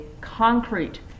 concrete